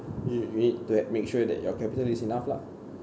you you need to have make sure that your capital is enough lah